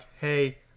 hey